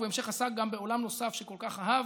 ובהמשך עסק גם בעולם נוסף שכל כך אהב,